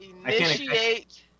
Initiate